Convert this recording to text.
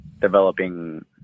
developing